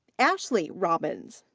ashley robbins.